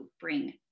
bring